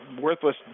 worthless